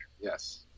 yes